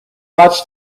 watch